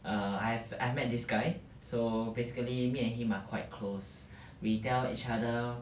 err I've I met this guy so basically me and him are quite close we tell each other